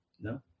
No